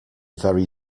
very